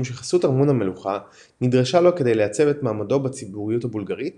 שחסות ארמון המלוכה נדרשה לו כדי לייצב את מעמדו בציבוריות הבולגרית